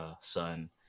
son